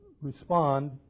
respond